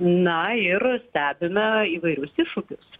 na ir stebime įvairius iššūkius